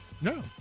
No